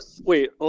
Wait